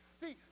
see